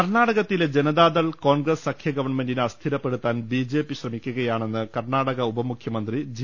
കർണാടകത്തിലെ ജനതാദൾ കോൺഗ്രസ് സഖ്യ ഗവൺമെന്റിനെ അസ്ഥിരപ്പെടുത്താൻ ബിജെപി ശ്രമിക്കുകയാണെന്ന് കർണാടക ഉപമു ഖ്യമന്ത്രി ജി